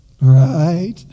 Right